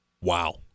wow